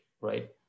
right